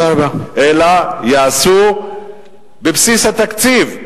אלא יעשו בבסיס התקציב,